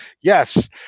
Yes